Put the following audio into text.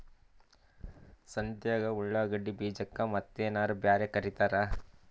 ಸಂತ್ಯಾಗ ಉಳ್ಳಾಗಡ್ಡಿ ಬೀಜಕ್ಕ ಮತ್ತೇನರ ಬ್ಯಾರೆ ಕರಿತಾರ?